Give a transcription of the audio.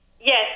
Yes